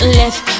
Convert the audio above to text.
left